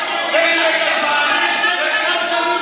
תן לי הישג אחד של ליברמן.